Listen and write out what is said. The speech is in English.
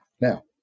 Now